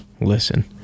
Listen